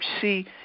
see